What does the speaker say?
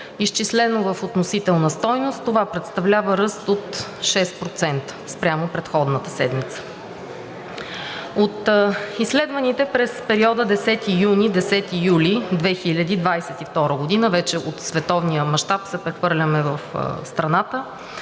Изчислено в относителна стойност, това представлява ръст от 6% спрямо предходната седмица. От изследваните през периода 10 юни – 10 юли 2022 г., вече от световния мащаб се прехвърляме в страната,